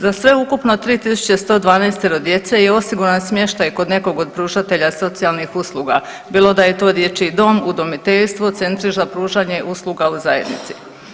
Za sveukupno 3112 djece je osiguran smještaj kod nekog od pružatelja socijalnih usluga bilo da je to dječji dom, udomiteljstvo, centri za pružanje usluga u zajednici.